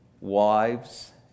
wives